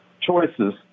choices